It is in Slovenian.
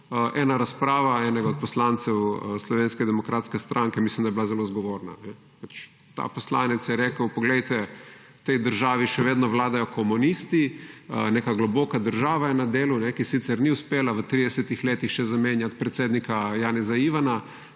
Ena razprava enega od poslancev Slovenske demokratske stranke, mislim, da je bila zelo zgovorna. Ta poslanec je rekel, poglejte, v tej državi še vedno vladajo komunisti, neka globoka država je **36. TRAK: (NM) – 15.55** (nadaljevanje) na delu, ki sicer ni uspela v 30 letih še zamenjati predsednika Janeza Ivana,